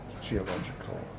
geological